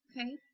Okay